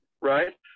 right